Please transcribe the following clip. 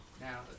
now